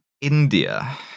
India